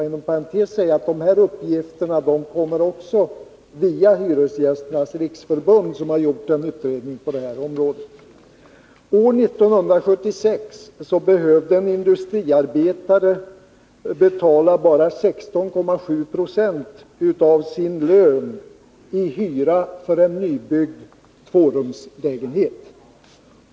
Inom parentes kan jag säga att dessa uppgifter också kommer från Hyresgästernas riksförbund, som har gjort en utredning på detta område. År 1976 behövde en industriarbetare betala bara 16,7 90 av sin lön i hyra för en nybyggd tvårumslägenhet.